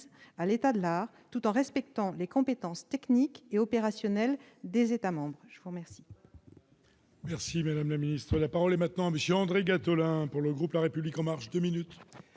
à l'état de l'art, tout en respectant les compétences techniques et opérationnelles des États membres. La parole